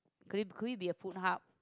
could it could it be a food hub